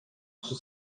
кыз